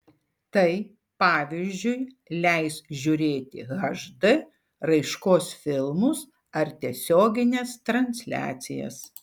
tai pavyzdžiui leis žiūrėti hd raiškos filmus ar tiesiogines transliacijas